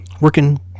Working